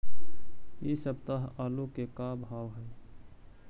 इ सप्ताह आलू के का भाव है?